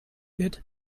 wird